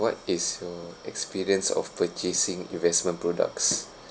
what is your experience of purchasing investment products